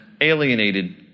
alienated